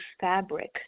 fabric